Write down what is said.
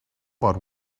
about